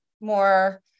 more